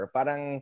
Parang